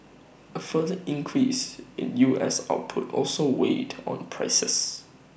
A further increase in U S output also weighed on prices